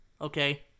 okay